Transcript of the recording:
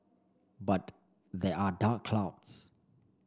but there are dark clouds